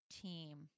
team